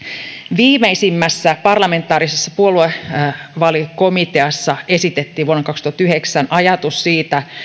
viimeisimmässä parlamentaarisessa puoluevaalikomiteassa esitettiin vuonna kaksituhattayhdeksän ajatus siitä